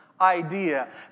idea